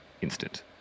instant